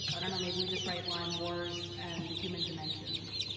i don't know. maybe we just write lyme wars and the human dimensions.